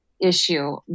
issue